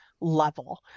level